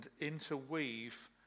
interweave